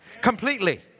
completely